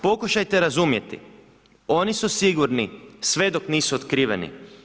Pokušajte razumjeti, oni su sigurni sve dok nisu otkriveni.